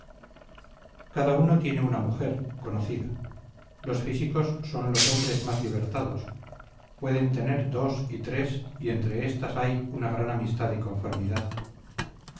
cada uno tiene una mujer conocida los físicos son los hombres más libertados pueden tener dos y tres y entre éstas hay muy gran amistad y conformidad